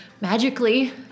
magically